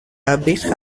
abrite